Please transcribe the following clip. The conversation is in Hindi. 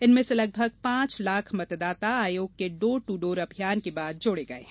इनमें से लगभग पांच लाख मतदाता आयोग के डोर ट्र डोर अभियान के बाद जोड़े गए हैं